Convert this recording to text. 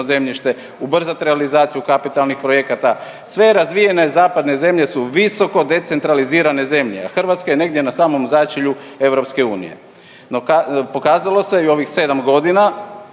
zemljište, ubrzat realizaciju kapitalnih projekata. Sve razvijene zapadne zemlje su visoko decentralizirane zemlje, a Hrvatska je negdje na samom začelju EU. No, pokazalo se i u ovih 7 godina